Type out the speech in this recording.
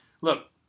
look